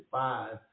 five